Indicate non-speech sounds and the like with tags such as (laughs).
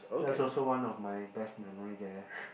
that's also one of my best memory there (laughs)